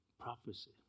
prophecy